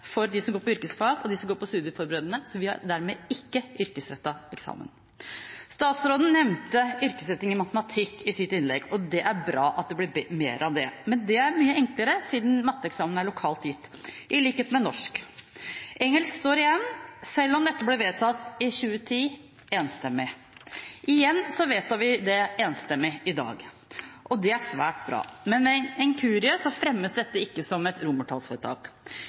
for dem som går på yrkesfag, og for dem som går på studieforberedende, så vi har dermed ikke yrkesrettet eksamen. Statsråden nevnte yrkesretting i matematikk i sitt innlegg, og det er bra at det blir mer av det, men det er mye enklere siden matteeksamen er lokalt gitt – i likhet med norskeksamen. Engelsk står igjen, selv om dette ble vedtatt i 2010 – enstemmig. Igjen vedtar vi dette enstemmig i dag, og det er svært bra. Men ved en inkurie fremmes dette ikke som et romertallsvedtak.